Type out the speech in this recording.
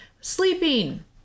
sleeping